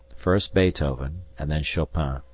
first beethoven and then chopin.